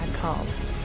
calls